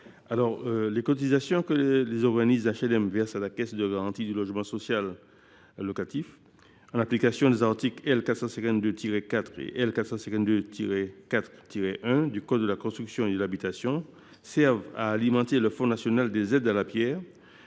Buval. Les cotisations que les organismes HLM versent à la Caisse de garantie du logement locatif social (CGLLS) en application des articles L. 452 4 et L. 452 4 1 du code de la construction et de l’habitation (CCH) servent à alimenter le Fonds national des aides à la pierre.